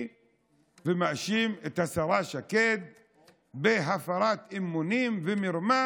ומאשים את השרה שקד בהפרת אמונים ומרמה,